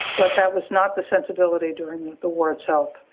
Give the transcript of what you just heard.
but that was not the sensibility during the war itself.